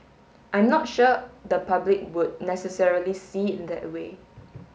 I'm not sure the public would necessarily see it that way